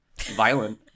violent